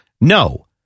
No